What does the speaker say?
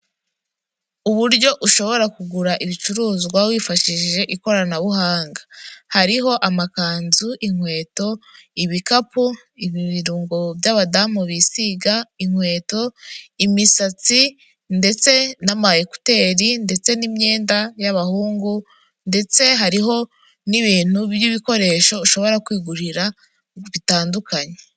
Uburyo ushobora kugura ibicuruzwa wifashishije ikoranabuhanga, hariho amakanzu, inkweto, ibikapu, ibirungo by'abadamu bisiga, inkweto, imisatsi ndetse n'ama ekuteri ndetse n'imyenda y'abahungu ndetse hariho n'ibintu by'ibikoresho ushobora kwigurira, bitandukanye.